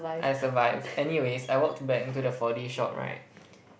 I survived anyways I walked back into the four D shop right